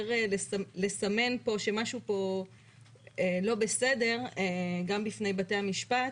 לסמן שמשהו לא בסדר גם בפני בתי המשפט,